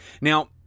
Now